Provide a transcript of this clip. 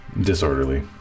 Disorderly